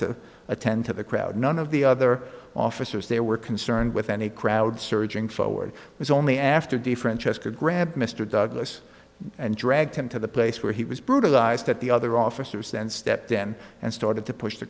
to attend to the crowd none of the other officers there were concerned with any crowd surging forward was only after different chester grabbed mr douglass and dragged him to the place where he was brutalized that the other officers then stepped in and started to push the